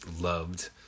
loved